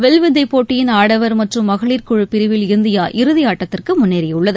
வில்வித்தைப் போட்டியின் ஆடவர் மற்றும் மகளிர் குழு பிரிவில் இந்தியா இறுதியாட்டத்திற்கு முன்னேறியுள்ளது